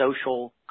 social